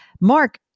Mark